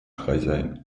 хозяин